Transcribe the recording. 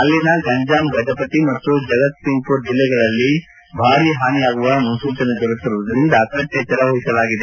ಅಲ್ಲಿನ ಗಂಜಾಂ ಗಜಪತಿ ಮತ್ತು ಜಗತ್ಸಿಂಗ್ಪುರ್ ಜಿಲ್ಲೆಗಳಲ್ಲಿ ಭಾರಿ ಹಾನಿಯಾಗುವ ಮುನ್ಪೂಚನೆ ದೊರೆತಿರುವುದರಿಂದ ಕಟ್ಟೆಚ್ಚರ ಘೋಷಿಸಲಾಗಿದೆ